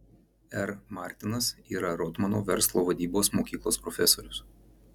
r martinas yra rotmano verslo vadybos mokyklos profesorius